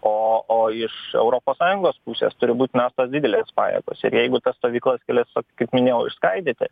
o o iš europos sąjungos pusės turi būt mestos didelės pajėgos ir jeigu tas stovyklas kelias vat kaip minėjau išskaidyti